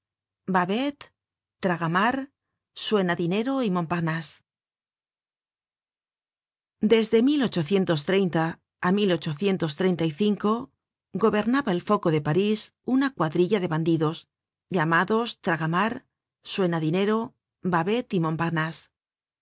babet traga mar suena dinero y montparnase desde á gobernaba el foco de parís una cuadrilla de bandidos llamados traga mar suena dinero babet y montparnase